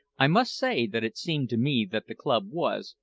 i must say that it seemed to me that the club was,